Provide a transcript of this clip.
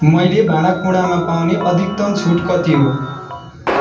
मैले भाँडाकुँडामा पाउने अधिकतम छुट कति हो